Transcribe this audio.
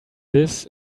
this